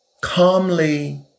calmly